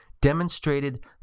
demonstrated